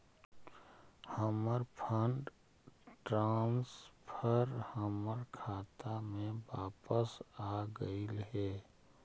हमर fund transfer हमर खाता में वापस आगईल हे